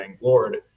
Lord